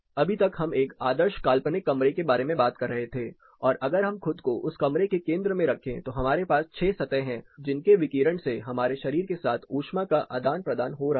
अभी तक हम एक आदर्श काल्पनिक कमरे के बारे में बात कर रहे थे और अगर हम खुद को उस कमरे के केंद्र में रखें तो हमारे पास 6 सतह हैं जिनके विकिरण से हमारे शरीर के साथ ऊष्मा का आदान प्रदान हो रहा है